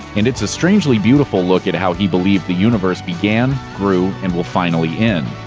and it's a strangely beautiful look at how he believed the universe began, grew, and will finally end.